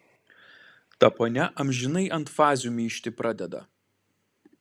ta ponia amžinai ant fazių myžti pradeda